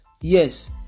Yes